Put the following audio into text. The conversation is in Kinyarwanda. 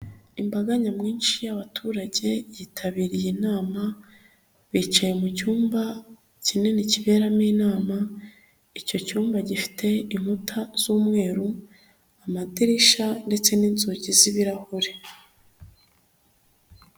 Imbaga nyamwinshi y'abaturage yitabiriye inama, bicaye mu cyumba kinini kiberamo inama, icyo cyumba gifite inkuta z'umweru amadirishya ndetse n'inzugi z'ibirahure.